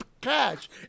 cash